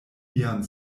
vian